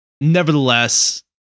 Nevertheless